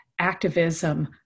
activism